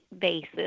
basis